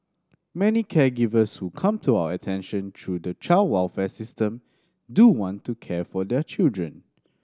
many caregivers who come to our attention through the child welfare system do want to care for their children